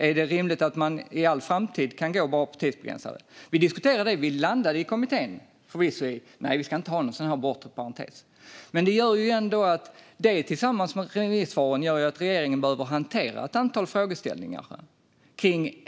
Är det rimligt att en person för all framtid kan gå på tidsbegränsade? Vi diskuterade det, men vi i kommittén landade i att vi inte ska ha en bortre parentes. Det tillsammans med remissvaren gör att regeringen behöver hantera ett antal frågeställningar.